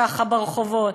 ככה ברחובות.